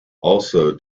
also